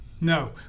No